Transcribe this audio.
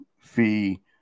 fee